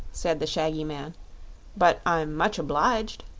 said the shaggy man but i'm much obliged.